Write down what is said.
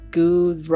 good